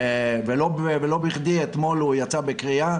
ולא בכדי אתמול הוא יצא בקריאה,